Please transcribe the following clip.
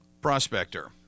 prospector